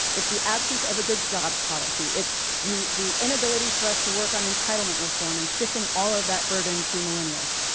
it's the absence of a good jobs policy. it's the the inability for us to work on entitlement reform and shifting all of that burden to millennials.